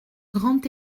grand